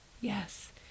Yes